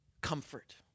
comfort